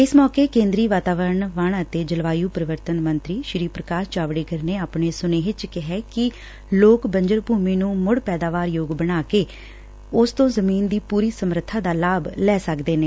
ਇਸ ਮੌਕੇ ਕੇਂਦਰੀ ਵਾਤਾਵਰਨ ਵਣ ਅਤੇ ਜਲਵਾਯੁ ਪਰਿਵਰਤਨ ਮੰਤਰੀ ਸ੍ਰੀ ਪ੍ਰਕਾਸ਼ ਜਾਵੜੇਕਰ ਨੇ ਆਪਣੇ ਸੁਨੇਹੇ ਚ ਕਿਹੈ ਕਿ ਲੋਕ ਬੰਜਰ ਭੁਮੀ ਨੂੰ ਮੁੜ ਪੈਦਾਵਾਰ ਯੋਗ ਬਣਾ ਕੇ ਜ਼ਮੀਨ ਦੀ ਪੁਰੀ ਸਮਰੱਬਾ ਦਾ ਲਾਭ ਲੈ ਸਕਦੇ ਨੇ